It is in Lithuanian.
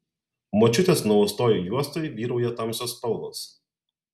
močiutės nuaustoj juostoj vyrauja tamsios spalvos